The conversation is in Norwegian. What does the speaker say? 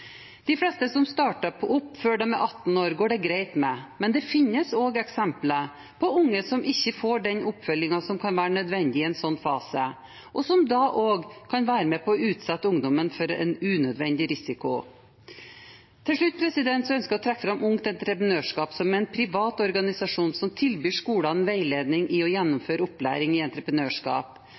De fleste som starter opp før de er 18 år, går det greit med, men det finnes også eksempler på unge som ikke får den oppfølgingen som kan være nødvendig i en slik fase, noe som da også kan utsette ungdommene for en unødvendig risiko. Til slutt ønsker jeg å trekke fram Ungt Entreprenørskap, som er en privat organisasjon som tilbyr skolene veiledning i å gjennomføre opplæring i entreprenørskap.